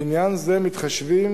לעניין זה מתחשבים